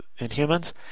Inhumans